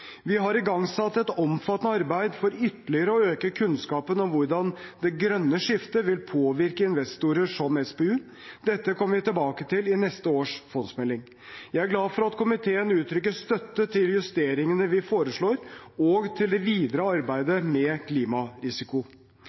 Vi har igangsatt et omfattende arbeid for ytterligere å øke kunnskapen om hvordan det grønne skiftet vil påvirke investorer som SPU. Dette kommer vi tilbake til i neste års fondsmelding. Jeg er glad for at komiteen uttrykker støtte til justeringene vi foreslår, og til det videre arbeidet med klimarisiko.